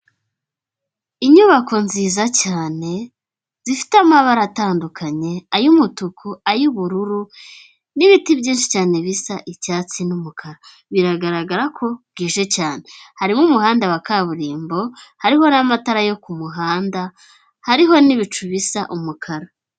Inyubako nziza cyane zifite amabara atandukanye ay'umutuku ay'ubururu n'ibiti byinshi cyane bisa icyatsi n'umukara biragaragara ko bwije cyane hari umuhanda wa kaburimbo hariho n'amatara yo kumuhanda hariho n'ibicu bisa umukara.